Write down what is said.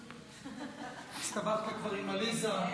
הסתבכת כבר עם עליזה?